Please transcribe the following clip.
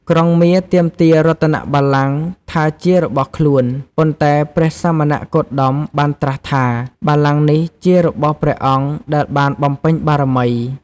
ក្រុងមារទាមទាររតនបល្ល័ង្គថាជារបស់ខ្លួន ប៉ុន្តែព្រះសមណគោតមបានត្រាស់ថា បល្ល័ង្គនេះជារបស់ព្រះអង្គដែលបានបំពេញបារមី។